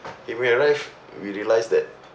when it arrived we realised that